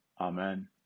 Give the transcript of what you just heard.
Amen